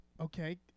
Okay